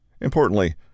Importantly